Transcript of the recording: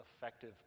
effective